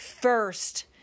first